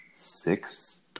Six